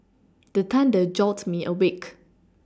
the thunder jolt me awake